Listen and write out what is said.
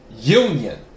Union